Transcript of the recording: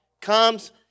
comes